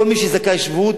כל מי שזכאי שבות